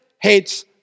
hates